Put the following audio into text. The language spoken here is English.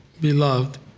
Beloved